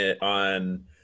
on